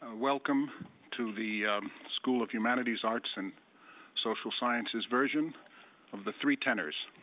ah welcome to the school of humanities, arts, and social sciences version of the three tenors.